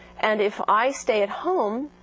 and if i stay at home,